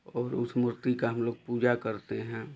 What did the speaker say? और उस मूर्ति का हम लोग पूजा करते हैं